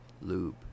lube